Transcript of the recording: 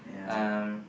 um